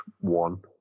one